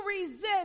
resist